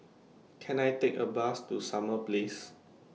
Can I Take A Bus to Summer Place